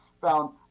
found